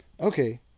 Okay